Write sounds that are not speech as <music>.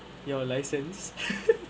your license <laughs>